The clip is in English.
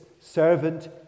servant